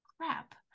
crap